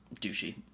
douchey